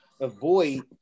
avoid